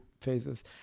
Phases